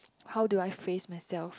how do I phrase myself